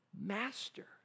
master